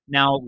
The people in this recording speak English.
Now